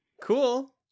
Cool